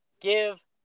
Give